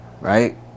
Right